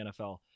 NFL